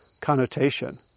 connotation